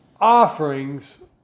offerings